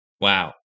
Wow